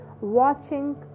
watching